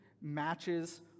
matches